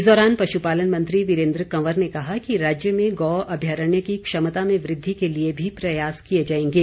इस दौरान पशुपालन मंत्री वीरेन्द्र कंवर ने कहा कि राज्य में गौ अभ्यारण्य की क्षमता में वृद्धि के लिए भी प्रयास किए जाएंगे